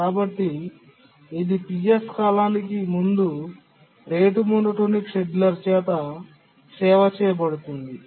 కాబట్టి ఇది Ps కాలానికి ముందు రేటు మోనోటోనిక్ షెడ్యూలర్ చేత సేవ చేయబడుతుంది